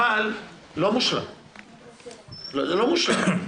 לא מושלם.